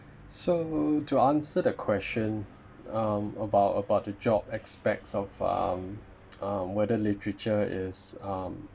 so to answer the question um about about the job aspects of um uh whether literature is um